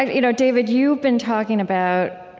ah you know david, you've been talking about,